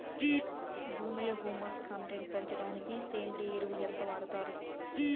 భూమిలో humus content పెంచడానికి సేంద్రియ ఎరువు ఎంత వాడుతారు